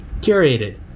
curated